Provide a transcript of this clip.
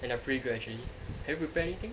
and I'm pretty good actually have you prepared anything